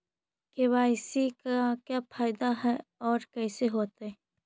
KYC से का फायदा है और कैसे होतै?